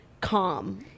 calm